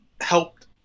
helped